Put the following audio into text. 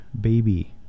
baby